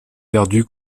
perdu